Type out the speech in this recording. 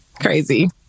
crazy